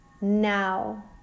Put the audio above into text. now